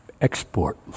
export